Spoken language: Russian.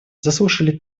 заслушали